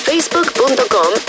Facebook.com